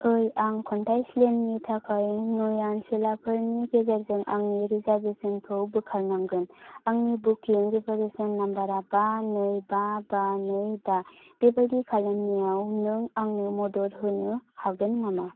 ओइ आं खन्थाइ स्लेमनि थाखाय न्यायसुलाफोरनि गेजेरजों आंनि रिजार्भेशन खौ बोखारनांगोन आंनि बुकिं रिफरेन्स नम्बर आ बा नै बा बा नै बा बेबादि खालामनायाव नों आंनो मदद होनो हागोन नामा